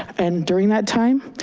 and during that time,